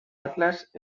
atlas